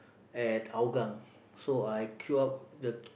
at Hougang so I queue up the